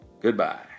Goodbye